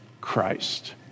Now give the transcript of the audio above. Christ